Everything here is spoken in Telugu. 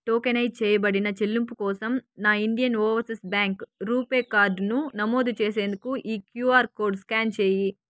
టోకెనైజ్ చేయబడిన చెల్లింపు కోసం నా ఇండియన్ ఓవర్సీస్ బ్యాంక్ రూపే కార్డును నమోదు చేసేందుకు ఈ క్యూఆర్ కోడ్ స్క్యాన్ చేయి